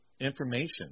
information